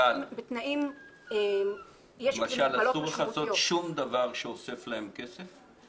בתנאים --- אבל למשל אסור לך לעשות שום דבר שאוסף להם כסף,